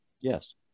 yes